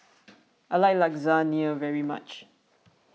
I like Lasagna very much